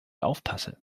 aufpasse